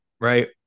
right